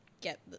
get